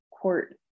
Court